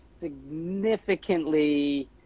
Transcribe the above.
Significantly